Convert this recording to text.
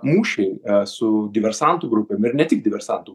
mūšiai su diversantų grupėm ir ne tik diversantų